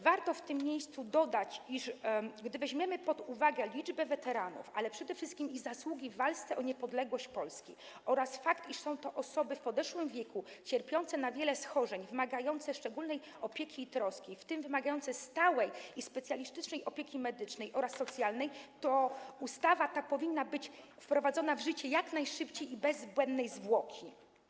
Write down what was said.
Warto w tym miejscu dodać, że gdy weźmiemy pod uwagę liczbę weteranów, ale przede wszystkim ich zasługi w walce o niepodległość Polski oraz fakt, iż są to osoby w podeszłym wieku, cierpiące na wiele schorzeń, wymagające szczególnej opieki i troski, w tym wymagające stałej i specjalistycznej opieki medycznej oraz socjalnej, to ustawa ta powinna być wprowadzona w życie jak najszybciej i bez zbędnej zwłoki.